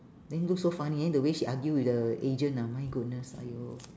then look so funny then the way she argue with the agent ah my goodness !aiyo!